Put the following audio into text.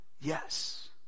yes